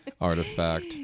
artifact